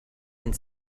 and